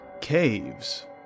caves